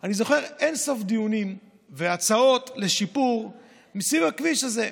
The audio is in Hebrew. אני זוכר אין-סוף דיונים והצעות לשיפור סביב הכביש הזה.